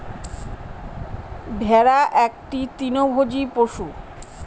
ভেড়া একটি তৃণভোজী পশু